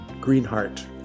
Greenheart